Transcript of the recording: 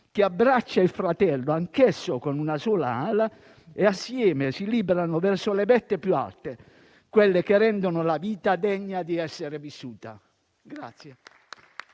che abbraccia il fratello, anch'esso con una sola ala, e assieme si librano verso le vette più alte, quelle che rendono la vita degna di essere vissuta.